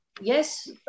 yes